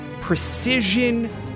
precision